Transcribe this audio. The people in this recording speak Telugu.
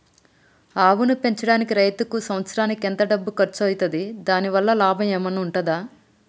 ఆవును పెంచడానికి రైతుకు సంవత్సరానికి ఎంత డబ్బు ఖర్చు అయితది? దాని వల్ల లాభం ఏమన్నా ఉంటుందా?